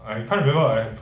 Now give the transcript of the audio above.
I can't remember I